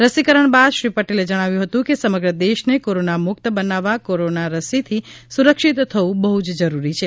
રસીકરણ બાદ શ્રી પટેલે જણાવ્યું હતું કે સમગ્ર દેશને કોરોનામુક્ત બનાવવા કોરોના રસીથી સુરક્ષિત થવું બહું જ જરૂરી છે